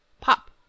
Pop